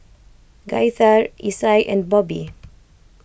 Gaither Isai and Bobbi